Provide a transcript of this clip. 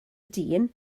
dyn